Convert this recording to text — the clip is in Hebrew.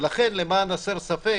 ולכן, למען הסר ספק